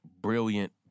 brilliant